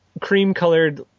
cream-colored